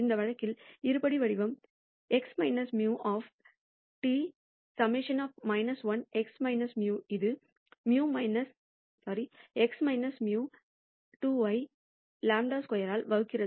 இந்த வழக்கில் இருபடி வடிவம் x μ T ∑ 1 x μ இது x μ 2 ஐ σ2 ஆல் வகுக்கிறது